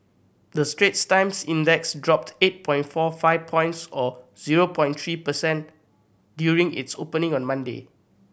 the Straits Times Index dropped eight point four five points or zero point three per cent during its opening on Monday